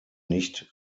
nicht